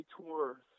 tour